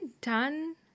done